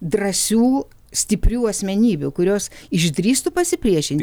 drąsių stiprių asmenybių kurios išdrįstų pasipriešinti